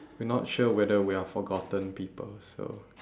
we're not sure whether we are forgotten people so